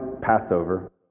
Passover